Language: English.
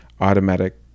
automatic